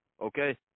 Okay